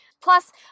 Plus